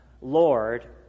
lord